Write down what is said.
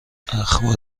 اخبار